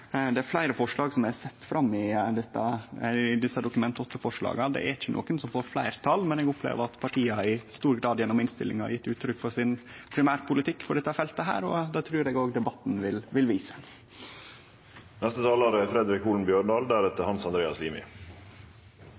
Det er fleire forslag som er sette fram i desse Dokument 8-forslaga. Det er ikkje nokon av dei som får fleirtal, men eg opplever at partia i stor grad gjennom innstillinga har gjeve uttrykk for primærpolitikken sin på dette feltet, og det trur eg òg debatten vil vise. For Arbeidarpartiet er